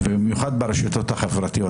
במיוחד ברשתות החברתיות,